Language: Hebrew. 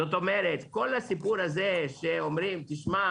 כדי שהמערכת הזאת תשפר את